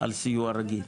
על סיוע רגיל,